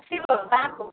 ଆସିବ ଗାଁକୁ